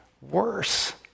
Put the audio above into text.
worse